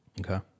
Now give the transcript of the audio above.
Okay